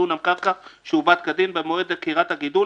דונם קרקע שעובד כדין במועד עקירת הגידול,